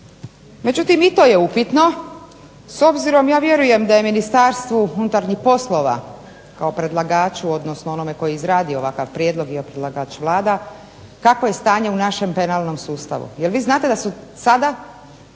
Međutim i to je upitno s obzirom ja vjerujem da je MUP-a kao predlagaču odnosno onome tko je izradio ovakav prijedlog jer je predlagač Vlada, kakvo je stanje u našem penalnom sustavu. Jel vi znate da su sada